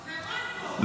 --- פה.